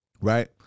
Right